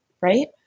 right